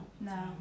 no